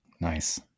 Nice